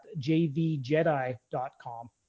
jvjedi.com